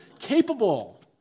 capable